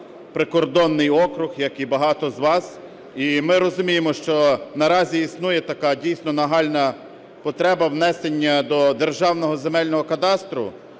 прикордонний округ, як і багато з вас, і ми розуміємо, що наразі існує така, дійсно,, нагальна потреба внесення до Державного земельного кадастру